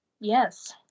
yes